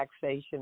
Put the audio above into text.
taxation